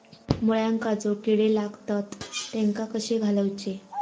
मुळ्यांका जो किडे लागतात तेनका कशे घालवचे?